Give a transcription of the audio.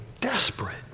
desperate